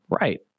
right